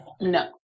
no